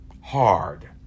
Hard